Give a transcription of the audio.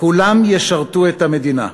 כולם ישרתו את המדינה.